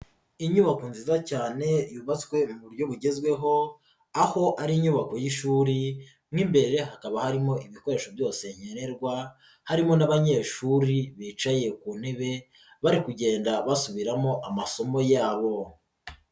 Inyubako nziza cyane yubatswe mu buryo bugezweho, aho ari inyubako y'ishuri, mo imbere hakaba harimo ibikoresho byose nkenerwa, harimo n'abanyeshuri bicaye ku ntebe bari kugenda basubiramo amasomo yabo.